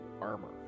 armor